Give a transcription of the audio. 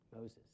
Moses